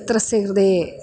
मित्रस्य कृते